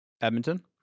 Edmonton